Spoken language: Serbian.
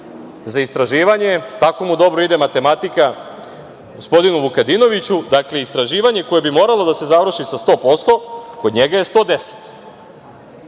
za istraživanje, tako mu dobro ide matematika gospodinu Vukadinoviću. Dakle, istraživanje koje bi moralo da se završi sa 100%, kod njega je 110%.Sada,